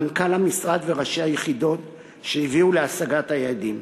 מנכ"ל המשרד וראשי היחידות שהביאו להשגת היעדים.